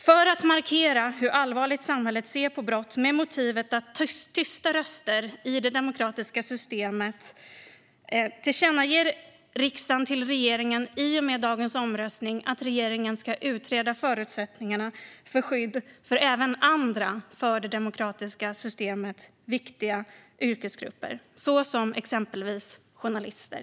För att markera hur allvarligt samhället ser på brott med motivet att tysta röster i det demokratiska systemet tillkännager riksdagen till regeringen i och med dagens omröstning att regeringen ska utreda förutsättningarna för skydd även för andra yrkesgrupper som är viktiga för det demokratiska systemet, såsom journalister.